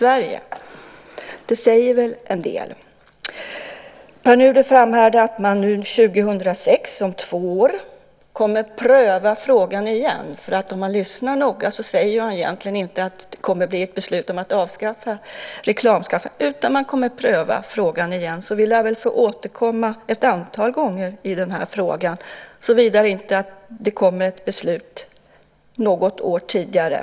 Detta säger väl en del. Pär Nuder framhärdar i att man år 2006, om två år, kommer att pröva frågan igen. Om man lyssnar noga säger han egentligen inte att det kommer att tas beslut om att avskaffa reklamskatten, utan man kommer att pröva frågan igen. Vi lär alltså få återkomma ett antal gånger i sammanhanget, såvida det inte kommer ett beslut något år tidigare.